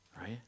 Right